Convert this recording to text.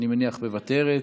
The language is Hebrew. מוותרת,